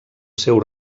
seu